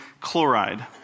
chloride